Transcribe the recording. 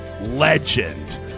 legend